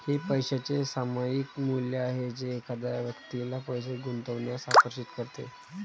हे पैशाचे सामायिक मूल्य आहे जे एखाद्या व्यक्तीला पैसे गुंतवण्यास आकर्षित करते